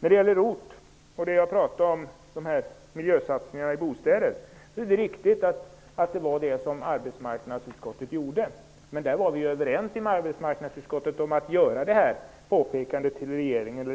När det gäller ROT-satsningarna och de miljösatsningar i bostäder som jag talade om är det som sades om vad arbetsmarknadsutskottet gjorde riktigt, men vi var då överens i utskottet om att ge regeringen